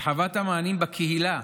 הרחבת המענים בקהילה,